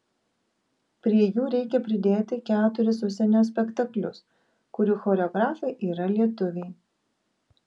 prie jų reikia pridėti keturis užsienio spektaklius kurių choreografai yra lietuviai